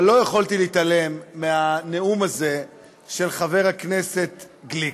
אבל לא יכולתי להתעלם מהנאום הזה של חבר הכנסת גליק.